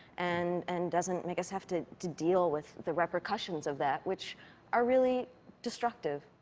and and doesn't make us have to deal with the repercussions of that, which are really destructive.